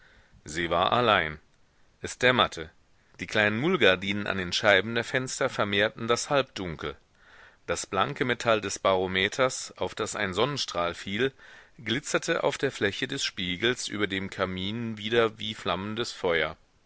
sie war allein es dämmerte die kleinen mullgardinen an den scheiben der fenster vermehrten das halbdunkel das blanke metall des barometers auf das ein sonnenstrahl fiel glitzerte auf der fläche des spiegels über dem kamin wider wie flammendes feuer